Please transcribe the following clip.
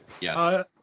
Yes